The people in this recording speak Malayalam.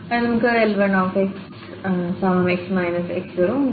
ആദ്യം നമുക്ക് L1xx1 x0 ഉണ്ട്